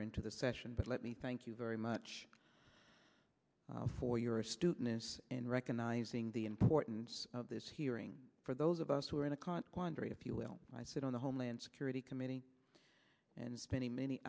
or into the session but let me thank you very much for your astuteness in recognizing the importance of this hearing for those of us who are in a consequence if you will i sit on the homeland security committee and spending many